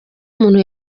umuntu